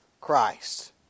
Christ